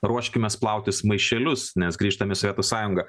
ruoškimės plautis maišelius nes grįžtam į sovietų sąjungą